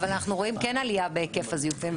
אבל אנחנו רואים עלייה בהיקף הזיופים.